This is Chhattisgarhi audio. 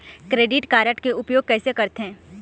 क्रेडिट कारड के उपयोग कैसे करथे?